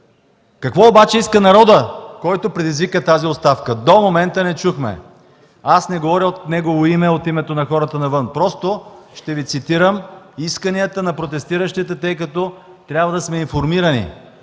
Какво обаче иска народът, който предизвика тази оставка? До момента не чухме. Аз не говоря от негово име, а от името на хората навън. Ще Ви цитирам исканията на протестиращите, тъй като трябва да сме информирани.